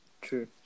True